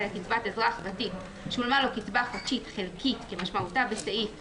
לקצבת אזרח ותיק שולמה לו קצבה חודשית חלקית כמשמעותה בסעיף 201(א).